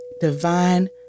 divine